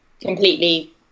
completely